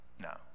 No